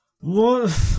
What